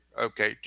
okay